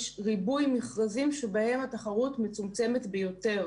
ריבוי מכרזים שבהם התחרות מצומצמת ביותר,